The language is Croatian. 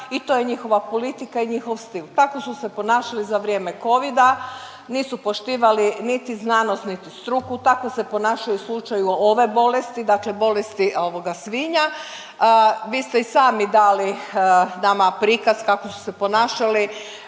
i to je njihova politika i njihov stil. Tako su se ponašali za vrijeme Covida, nisu poštivali niti znanost niti struku. Tako se ponašaju u slučaju ove bolesti, dakle bolesti ovoga svinja. Vi ste i sami dali nama prikaz kako su se ponašali